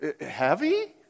Heavy